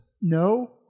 No